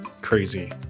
crazy